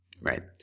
right